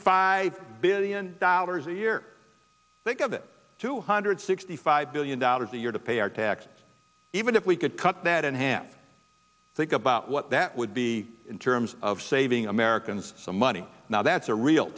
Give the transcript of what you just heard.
five billion dollars a year think of it two hundred sixty five billion dollars a year to pay our taxes even if we could cut that in half think about what that would be in terms of saving americans some money now that's a real